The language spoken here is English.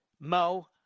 Mo